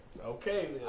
Okay